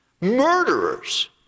murderers